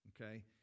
Okay